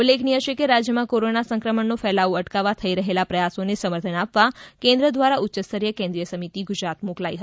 ઉલ્લેખનીય છે કે રાજ્યમાં કોરોના સંક્રમણનો ફેલાવો અટકાવવા થઇ રહેલા પ્રયાસોને સમર્થન આપવા કેન્દ્ર દ્વારા ઉચ્ચસ્તરીય કેન્દ્રિય સમિતિ ગુજરાત મોકલાઇ છે